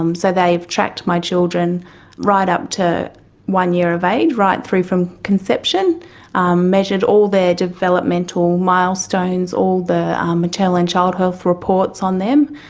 um so they've tracked my children right up to one year of age, right through from conception, measured all their developmental milestones, all the maternal and child health reports on them,